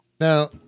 Now